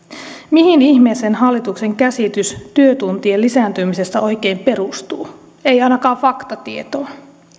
mihin ihmeeseen hallituksen käsitys työtuntien lisääntymisestä oikein perustuu ei ainakaan faktatietoon